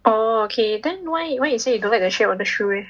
oh okay then why why you say you don't like the shape of the shoe leh